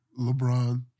LeBron